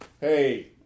hey